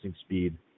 speed